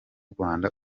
rwanda